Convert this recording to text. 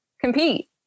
compete